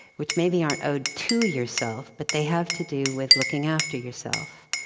which maybe aren't owed to yourself, but they have to do with looking after yourself.